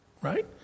Right